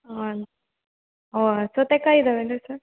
ಹಾಂ ಹಾಂ ಸೌತೆಕಾಯಿ ಇದಾವೇನುರಿ ಸರ್